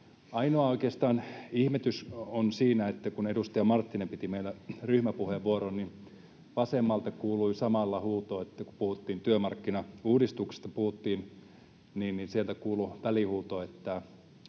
Ainoa oikeastaan ihmetys on siinä, että kun edustaja Marttinen piti meidän ryhmäpuheenvuoron, vasemmalta kuului, samalla kun puhuttiin työmarkkinauudistuksesta, välihuuto, että